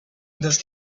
those